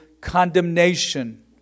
condemnation